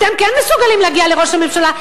אתם כן מסוגלים להגיע לראש הממשלה.